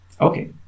Okay